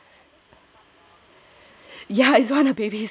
ya is one of the baby's craving